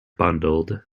bundled